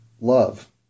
love